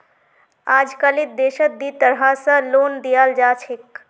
अजकालित देशत दी तरह स लोन दियाल जा छेक